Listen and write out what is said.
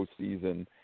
postseason